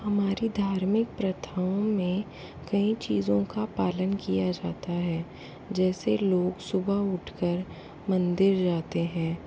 हमारी धार्मिक प्रथाओं में कई चीज़ों का पालन किया जाता है जैसे लोग सुबह उठ कर मंदिर जाते हैं